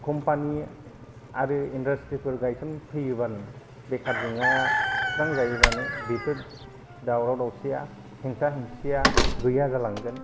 company आरो इन्डाष्ट्रिफोर गायसनफैयो बानो बेकार जेंना सुस्रांजायोबानो बेफोर दावराव दाउसिआ हेंथा हेंथिआ गैया जालांगोन